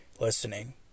listening